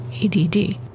ADD